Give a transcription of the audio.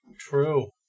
True